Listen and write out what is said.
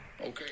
Okay